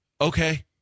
Okay